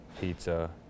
pizza